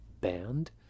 band